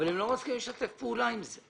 אבל הם לא מסכימים לשתף פעולה עם זה.